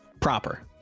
Proper